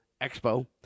expo